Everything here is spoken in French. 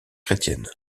chrétienne